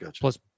plus